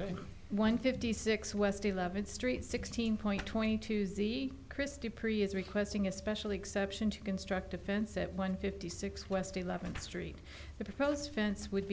in one fifty six west eleventh street sixteen point twenty two z christie pretty is requesting a special exception to construct a fence at one fifty six west eleventh street to propose fence would